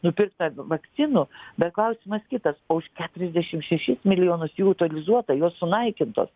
nupirkta vakcinų bet klausimas kitas už trisdešimt šešis milijonus jų utilizuota jos sunaikintos